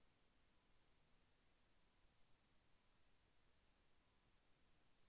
బీరలో పండు ఈగకు ఉపయోగించే ట్రాప్ ఏది?